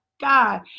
God